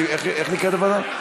איך נקראת הוועדה?